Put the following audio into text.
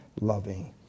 loving